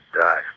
die